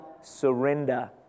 surrender